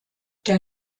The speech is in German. der